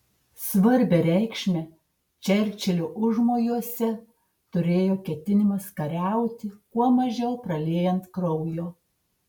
svarbią reikšmę čerčilio užmojuose turėjo ketinimas kariauti kuo mažiau praliejant kraujo